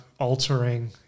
altering